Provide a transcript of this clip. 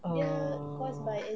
err